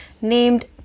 named